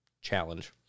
challenge